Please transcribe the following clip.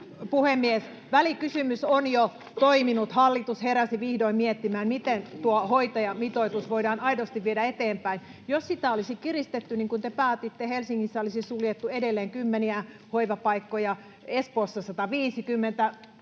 puhemies! Välikysymys on jo toiminut: hallitus heräsi vihdoin miettimään, miten tuo hoitajamitoitus voidaan aidosti viedä eteenpäin. Jos sitä olisi kiristetty niin kuin te päätitte, Helsingissä olisi suljettu edelleen kymmeniä hoivapaikkoja, Espoossa 150